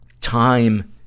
time